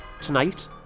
Tonight